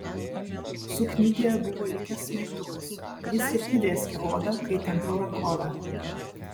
suknytėje buvo likęs smeigtukas jis ir įdrėskė odą kai tempiau rankovę